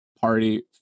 party